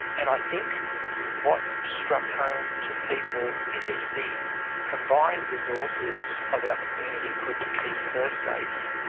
and i think what struck home to people is if the combined resources of our community couldn't keep her safe,